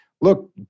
look